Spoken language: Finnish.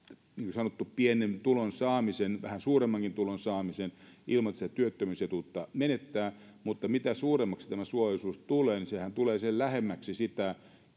sanottu pienen tulon saamisen ja vähän suuremmankin tulon saamisen ilman että työttömyysetuutta menettää mutta mitä suuremmaksi tämä suojaosuus tulee niin sehän tulee sitä lähemmäksi sitä